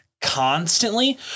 constantly